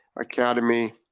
Academy